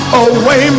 away